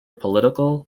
political